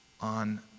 on